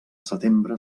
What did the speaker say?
setembre